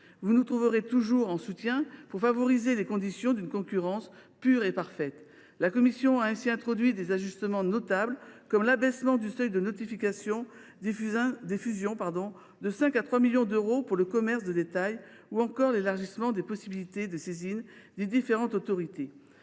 Nous soutiendrons toujours ce qui peut favoriser les conditions d’une concurrence pure et parfaite. La commission a ainsi introduit des ajustements notables, comme l’abaissement du seuil de notification des fusions de 5 millions à 3 millions d’euros pour le commerce de détail ou encore l’élargissement des possibilités de saisine des différentes autorités.